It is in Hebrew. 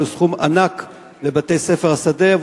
אבל הוא סכום ענק לבתי-ספר שדה,